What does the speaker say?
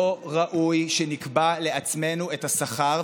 לא ראוי שנקבע לעצמנו את השכר,